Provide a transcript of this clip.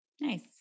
Nice